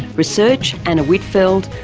research anna whitfeld,